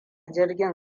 jirgin